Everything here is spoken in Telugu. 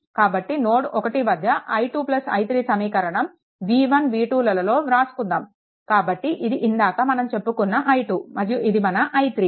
కాబట్టినోడ్1 వద్ద i2 i3 సమీకరణం V1 V2 లలో వ్రాసుకుందాము కాబట్టి ఇది ఇందాక మనం చెప్పుకున్న i2 మరియు ఇది మన i3